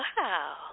Wow